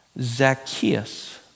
Zacchaeus